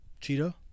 Cheetah